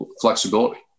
flexibility